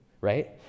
right